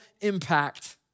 impact